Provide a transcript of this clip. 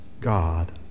God